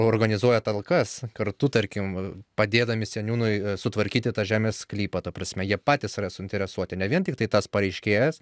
organizuoja talkas kartu tarkim padėdami seniūnui sutvarkyti tą žemės sklypą ta prasme jie patys yra suinteresuoti ne vien tiktai tas pareiškėjas